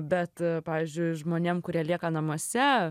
bet pavyzdžiui žmonėm kurie lieka namuose